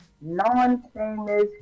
non-famous